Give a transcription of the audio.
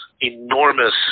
enormous